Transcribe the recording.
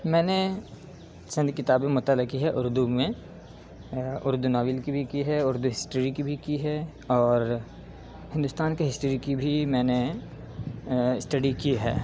میں نے چند کتابیں مطالعہ کی ہے اردو میں اردو ناول کی بھی کی ہے اردو ہسٹری کی بھی کی ہے اور ہندوستان کے ہسٹری کی بھی میں نے اسٹڈی کی ہے